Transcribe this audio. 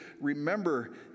remember